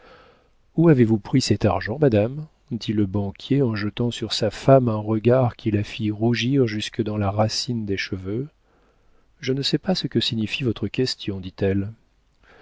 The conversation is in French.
où avez-vous pris cet argent madame dit le banquier en jetant sur sa femme un regard qui la fit rougir jusque dans la racine des cheveux je ne sais pas ce que signifie votre question dit-elle